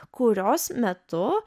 kurios metu